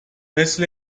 مثل